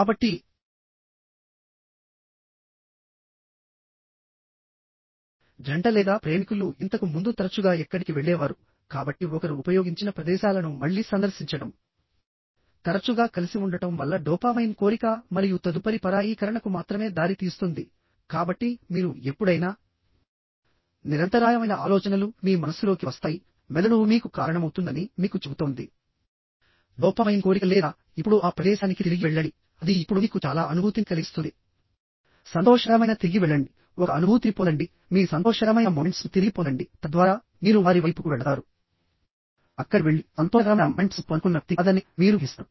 కాబట్టి జంట లేదా ప్రేమికులు ఇంతకు ముందు తరచుగా ఎక్కడికి వెళ్లేవారు కాబట్టి ఒకరు ఉపయోగించిన ప్రదేశాలను మళ్లీ సందర్శించడం తరచుగా కలిసి ఉండటం వల్ల డోపామైన్ కోరిక మరియు తదుపరి పరాయీకరణకు మాత్రమే దారి తీస్తుంది కాబట్టి మీరు ఎప్పుడైనా నిరంతరాయమైన ఆలోచనలు మీ మనస్సులోకి వస్తాయి మెదడు మీకు కారణమవుతుందని మీకు చెబుతోంది డోపామైన్ కోరిక లేదా ఇప్పుడు ఆ ప్రదేశానికి తిరిగి వెళ్లండి అది ఇప్పుడు మీకు చాలా అనుభూతిని కలిగిస్తుంది సంతోషకరమైన తిరిగి వెళ్ళండి ఒక అనుభూతిని పొందండి మీ సంతోషకరమైన మొమెంట్స్ ను తిరిగి పొందండి తద్వారా మీరు వారి వైపుకు వెళతారు అక్కడికి వెళ్లి సంతోషకరమైన మొమెంట్స్ ను పంచుకున్న వ్యక్తి కాదని మీరు గ్రహిస్తారు